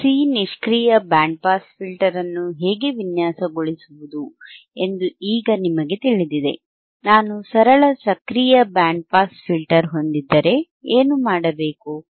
RC ನಿಷ್ಕ್ರಿಯ band pass filter ಅನ್ನು ಹೇಗೆ ವಿನ್ಯಾಸಗೊಳಿಸುವುದು ಎಂದು ಈಗ ನಿಮಗೆ ತಿಳಿದಿದೆ ನಾನು ಸರಳ ಸಕ್ರಿಯ ಬ್ಯಾಂಡ್ ಪಾಸ್ ಫಿಲ್ಟರ್ ಹೊಂದಿದ್ದರೆ ಏನು ಮಾಡಬೇಕು